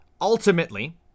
ultimately